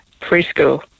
preschool